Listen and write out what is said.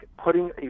putting